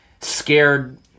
Scared